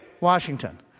Washington